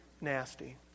nasty